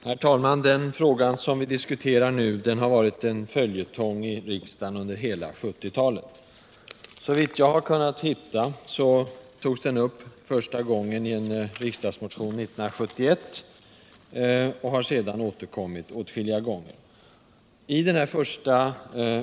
Herr talman! Den fråga vi nu diskuterar har varit en följetong i riksdagen under hela 1970-talet. Såvitt jag har kunnat finna togs den upp första gången i en riksdagsmotion 1971. Sedan har den återkommit åtskilliga gånger.